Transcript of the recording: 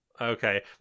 Okay